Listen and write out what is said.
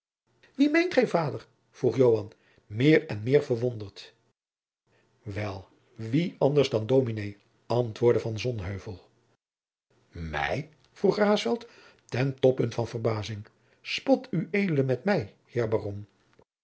wien meent gij vader vroeg joan meer en meer verwonderd wien wel wien anders dan dominé antwoordde van sonheuvel mij vroeg raesfelt ten toppunt van verbazing spot ued met mij heer baron